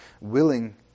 willing